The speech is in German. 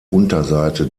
unterseite